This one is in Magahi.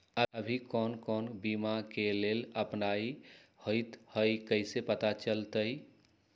अभी कौन कौन बीमा के लेल अपलाइ होईत हई ई कईसे पता चलतई?